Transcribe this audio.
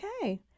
okay